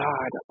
God